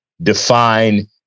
define